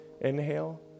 inhale